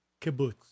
kibbutz